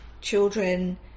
children